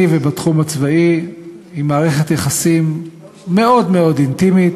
ובתחום הצבאי היא מערכת יחסים מאוד מאוד אינטימית,